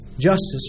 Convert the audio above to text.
Justice